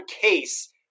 case